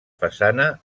façana